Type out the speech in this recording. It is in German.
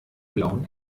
blauen